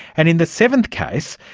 and in the seventh case,